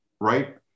right